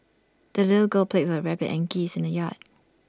the little girl played with rabbit and geese in the yard